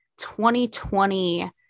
2020